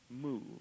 move